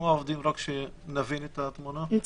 כדי שנבין את התמונה, כמה עובדים יש?